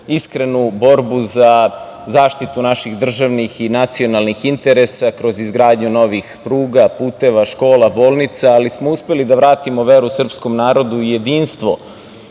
iskrenu borbu za zaštitu naših državnih i nacionalnih interesa, kroz izgradnju novih pruga, puteva, bolnica, ali smo uspeli da vratimo veru srpskom narodu i u jedinstvo.